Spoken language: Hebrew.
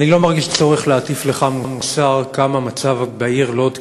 אני לא מרגיש צורך להטיף לך מוסר כמה המצב בעיר לוד קשה,